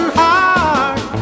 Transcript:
heart